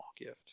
gift